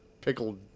pickled